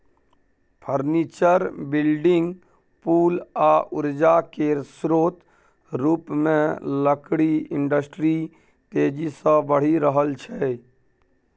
furniture, building, पुल आ उर्जा केर स्रोत रुपमे लकड़ी इंडस्ट्री तेजी सँ बढ़ि रहल छै